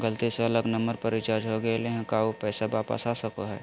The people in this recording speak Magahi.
गलती से अलग नंबर पर रिचार्ज हो गेलै है का ऊ पैसा वापस आ सको है?